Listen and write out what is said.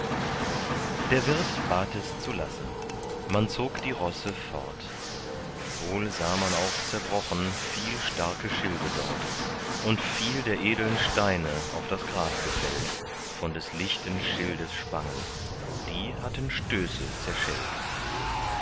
der wirt bat es zu lassen man zog die rosse fort wohl sah man auch zerbrochen viel starke schilde dort und viel der edeln steine auf das gras gefällt von des lichten schildes spangen die hatten stöße zerschellt